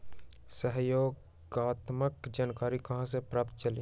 सहयोगात्मक जानकारी कहा से पता चली?